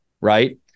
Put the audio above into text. right